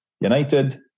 United